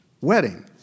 wedding